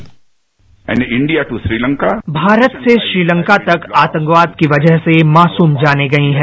bite Bharat से श्रीलंका तक आतंकवाद की वजह से मासूम जानें गई हैं